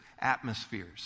Atmospheres